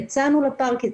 יצאנו לפארק,